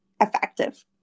effective